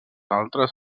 altres